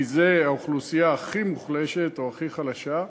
כי זו האוכלוסייה הכי מוחלשת, או הכי חלשה,